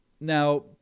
Now